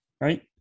right